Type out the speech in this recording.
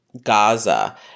Gaza